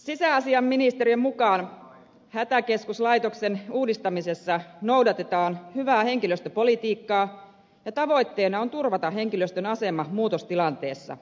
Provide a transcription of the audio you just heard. sisäasiainministeriön mukaan hätäkeskuslaitoksen uudistamisessa noudatetaan hyvää henkilöstöpolitiikkaa ja tavoitteena on turvata henkilöstön asema muutostilanteessa